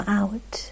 out